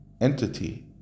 entity